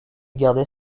gardait